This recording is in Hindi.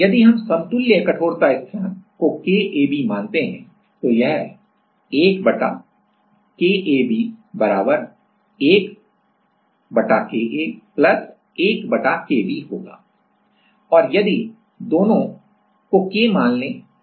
यदि हम समतुल्य कठोरता स्थिरांक को KAB मानते हैं तो यह 1 बटा KAB 1 KA 1 बटा KB होगा और और यदि दोनों को K मान लें